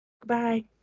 Goodbye